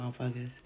motherfuckers